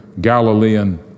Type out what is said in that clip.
Galilean